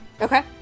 Okay